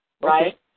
right